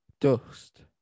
Dust